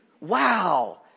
Wow